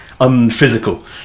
unphysical